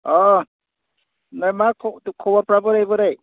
अ नोंना खबरफ्रा बोरै बोरै